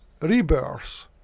rebirth